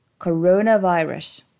Coronavirus